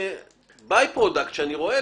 ביי פרודקט שאני רואה,